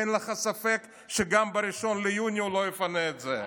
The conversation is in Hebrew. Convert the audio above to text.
ואין לך ספק שגם ב-1 ביוני הוא לא יפנה את זה.